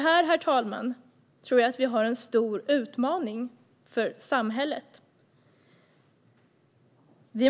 Här tror jag nämligen att vi har en utmaning i samhället, herr talman.